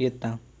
येता?